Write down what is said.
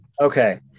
Okay